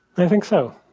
i think so.